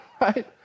right